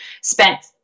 spent